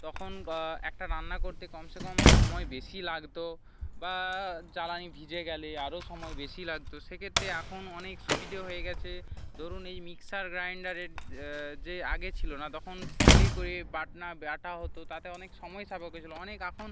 তখন বা একটা রান্না করতে কমসে কম সময় বেশি লাগতো বা জ্বালানি ভিজে গ্যালে আরও সময় বেশি লাগতো সে ক্ষেত্রে এখন অনেক সুবিধে হয়ে গেছে ধরুন এই মিক্সার গ্রাইন্ডারের যে আগে ছিল না তখন শিলে করে বাটনা বাটা হতো তাতে অনেক সময় সাপেক্ষ ছিল অনেক এখন